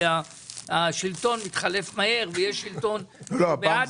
השלטון מתחלף מהר ויש שלטון בעד